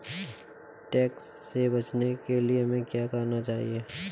Tax से बचने के लिए हमें क्या करना चाहिए?